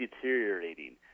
deteriorating